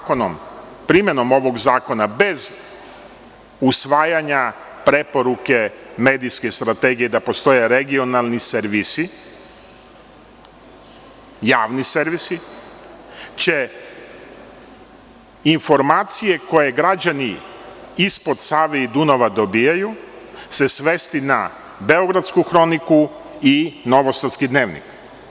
Primenom ovog zakona, bez usvajanja preporuke medijske strategije da postoje regionalni servisi, javni servisi, će informacije koje građani ispod Save i Dunava dobijaju se svesti na „Beogradsku hroniku“ i „Novosadski dnevnik“